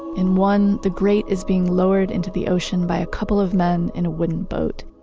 in one, the great is being lowered into the ocean by a couple of men in a wooden boat.